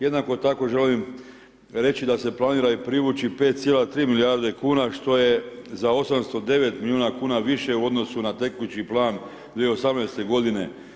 Jednako tako želim reći da se planira i privući 5,3 milijarde kuna, što je za 809 milijuna kuna više u odnosu na tekući plan 2018.-te godine.